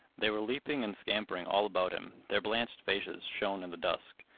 they were leaping and scampering all about him. their blanched faces shone in the dusk.